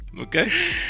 Okay